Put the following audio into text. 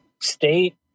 state